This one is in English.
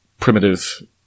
primitive